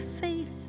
faith